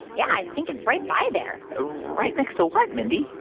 yeah, i think it's right by there ah right next to what, mindy?